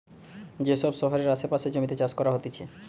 যে সব শহরের আসে পাশের জমিতে চাষ করা হতিছে